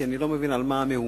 כי אני לא מבין על מה המהומה.